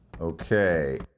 Okay